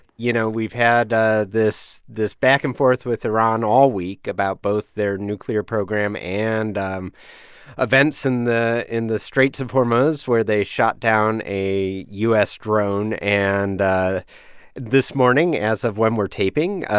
you know, we've had ah this this back-and-forth with iran all week about both their nuclear program and um events in the in the straits of hormuz where they shot down a u s. drone and ah this morning, as of when we're taping, ah